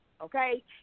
okay